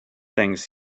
things